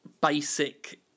basic